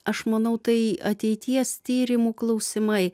aš manau tai ateities tyrimų klausimai